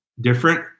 different